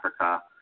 Africa